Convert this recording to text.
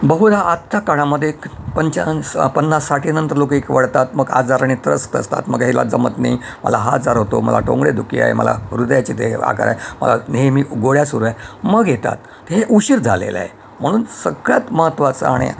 बहुदा आत्ता काळामध्ये पंचावन्न पन्नास साठीनंतर लोक एक वळतात मग आजाराने त्रस्त असतात मग ह्याला जमत नाही मला हा आजार होतो मला टोंगळे दुखी आहे मला हृदयाचे दे आगार आहे मला नेहमी उ गोळ्या सुरू आहे मग येतात हे उशीर झालेलं आहे म्हणून सगळ्यात महत्त्वाचा आणि